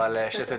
אבל שתדעי.